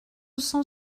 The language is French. cent